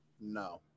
No